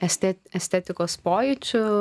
estet estetikos pojūčiu